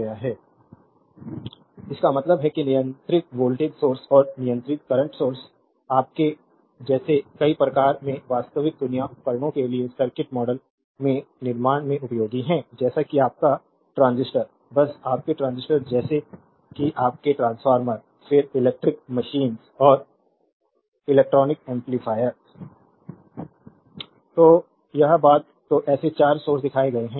slide time देखें 1750 slide time देखें 1800 इसका मतलब है कि नियंत्रित वोल्टेज सोर्स और नियंत्रित करंट सोर्स आपके जैसे कई प्रकार के वास्तविक दुनिया उपकरणों के लिए सर्किट मॉडल के निर्माण में उपयोगी हैं जैसे कि आपका ट्रांजिस्टर बस आपके ट्रांजिस्टर जैसे कि आपके ट्रांसफॉर्मर फिर इलेक्ट्रिक मशीन्स और इलेक्ट्रॉनिक एम्पलीफायर स्लाइड टाइम देखें 1856 तो यह बात तो ऐसे 4 सोर्स दिखाए गए हैं